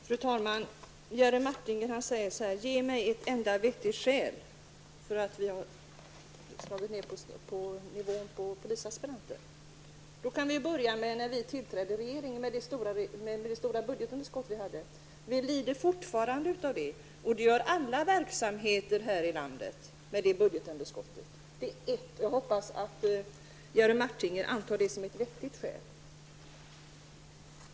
Fru talman! Ge mig ett enda vettigt skäl för att dra ned på antalet polisaspiranter, säger Jerry Martinger. Jag kan då börja med att nämna det stora budgetunderskottet staten hade när socialdemokraterna återtog regeringsmakten. Vi lider fortfarande av det, och det gör alla verksamheter här i landet. Jag hoppas att Jerry Martinger godtar det som ett vettigt skäl.